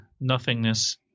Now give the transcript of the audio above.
nothingness